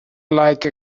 like